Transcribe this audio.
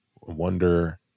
wonder